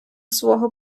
свого